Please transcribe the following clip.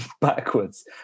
backwards